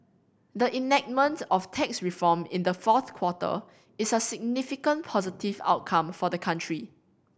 the enactment of tax reform in the fourth quarter is a significant positive outcome for the country